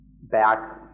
back